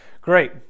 Great